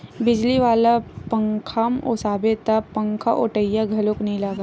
बिजली वाला पंखाम ओसाबे त पंखाओटइया घलोक नइ लागय